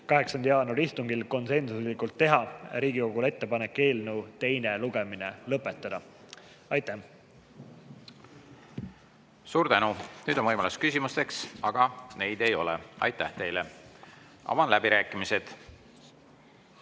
8. jaanuari istungil konsensuslikult: teha Riigikogule ettepanek eelnõu teine lugemine lõpetada. Aitäh! Suur tänu! Nüüd on võimalus esitada küsimusi, aga neid ei ole. Aitäh teile! Avan läbirääkimised.